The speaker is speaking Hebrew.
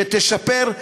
שתשפר,